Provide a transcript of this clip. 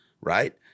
right